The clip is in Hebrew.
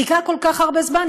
חיכה כל כך הרבה זמן,